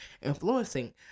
influencing